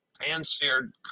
Pan-seared